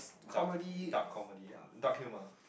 dark dark comedic dark humor